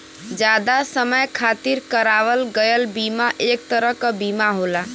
जादा समय खातिर करावल गयल बीमा एक तरह क बीमा होला